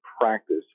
practice